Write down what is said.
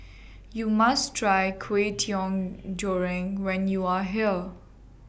YOU must Try Kway Teow Goreng when YOU Are here